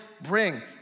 bring